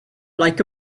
like